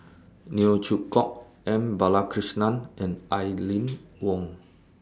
Neo Chwee Kok M Balakrishnan and Aline Wong